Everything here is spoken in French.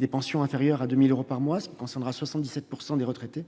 des pensions inférieures à 2 000 euros par mois, ce qui concernera 77 % des retraités,